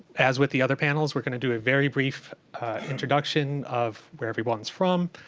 as with the other panels, we're going to do a very brief introduction of where everyone's from,